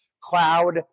cloud